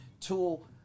tool